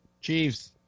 Chiefs